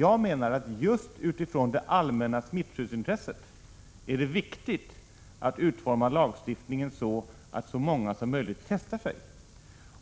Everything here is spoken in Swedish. Jag menar att det just utifrån det allmänna smittskyddsintresset är viktigt att utforma lagstiftningen så att så många som möjligt testar sig.